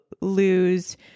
lose